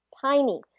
tiny